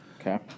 Okay